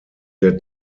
der